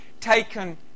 taken